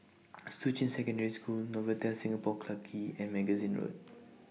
Shuqun Secondary School Novotel Singapore Clarke Quay and Magazine Road